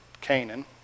Canaan